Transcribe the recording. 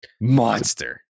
Monster